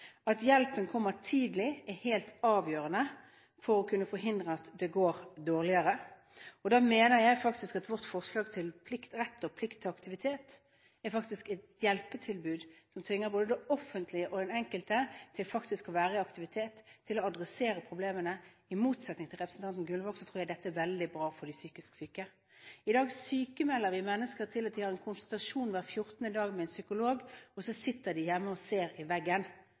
går dårligere. Da mener jeg at vårt forslag til rett og plikt til aktivitet er et hjelpetilbud som tvinger både det offentlige og den enkelte til å være i aktivitet og til å adressere problemene. I motsetning til representanten Gullvåg tror jeg dette er veldig bra for de psykisk syke. I dag sykmelder vi mennesker til å ha en konsultasjon hver fjortende dag med en psykolog, og så sitter de hjemme og ser i veggen.